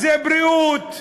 זה בריאות.